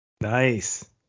Nice